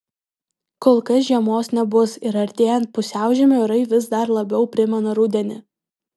kol kas žiemos nebus ir artėjant pusiaužiemiui orai vis dar labiau primena rudenį